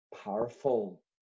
powerful